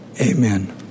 amen